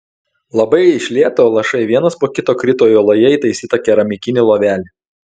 labai iš lėto lašai vienas po kito krito į uoloje įtaisytą keramikinį lovelį